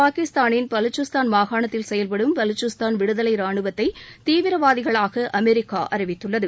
பாகிஸ்தானின் பலுசிஸ்தான் மாகாணத்தில் செயல்படும் பலுசிஸ்தான் விடுதலை ராணுவத்தை தீவிரவாதிகளாக அமெரிக்கா அறிவித்துள்ளது